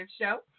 show